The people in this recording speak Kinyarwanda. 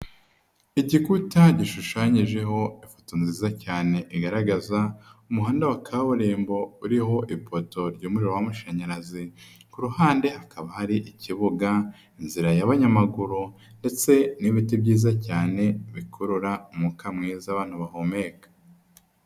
Igikuta gishushanyijeho ifoto nziza cyane, igaragaza umuhanda wa kaburimbo uriho ipoto ry'umuriro w' amashanyarazi, ku ruhande hakaba hari ikibuga, inzira y'abanyamaguru ndetse n'ibiti byiza cyane bikurura umwuka mwiza abantu bahumeka.